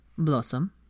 Blossom